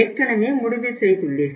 ஏற்கனவே முடிவு செய்துள்ளோம்